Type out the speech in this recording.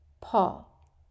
Paul